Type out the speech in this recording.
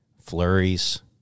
flurries